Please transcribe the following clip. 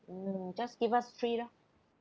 no no just give us three lah